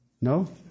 No